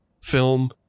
film